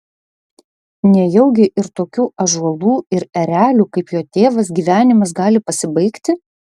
nejaugi ir tokių ąžuolų ir erelių kaip jo tėvas gyvenimas gali pasibaigti